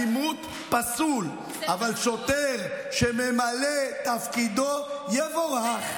אלימות, פסול, אבל שוטר שממלא את תפקידו, יבורך.